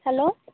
hello